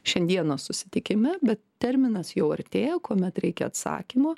šiandienos susitikime bet terminas jau artėja kuomet reikia atsakymų